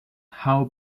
how